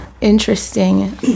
Interesting